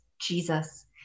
Jesus